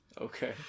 okay